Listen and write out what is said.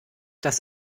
das